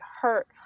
hurt